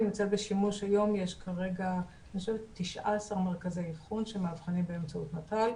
היא נמצאת בשימוש היום ב-19 מרכזי אבחון שמאבחנים באמצעות מת"ל.